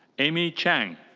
amy chang.